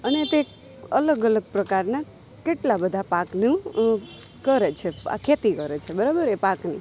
અને તે અલગ અલગ પ્રકારના કેટલા બધા પાકની કરે છે ખેતી કરે છે બરોબર એ પાકની